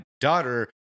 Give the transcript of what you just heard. daughter